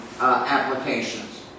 applications